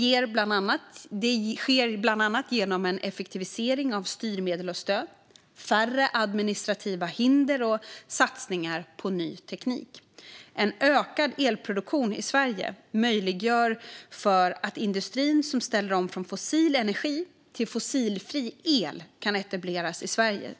Det sker bland annat genom en effektivisering av styrmedel och stöd, satsningar på ny teknik och färre administrativa hinder. En ökad elproduktion i Sverige möjliggör för att industri som ställer om från fossil energi till fossilfri el kan etableras i Sverige,